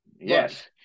yes